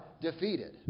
defeated